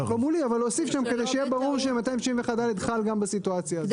כדי שיהיה ברור ש-261(ד) חל גם בסיטואציה הזאת.